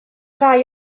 rai